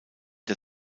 der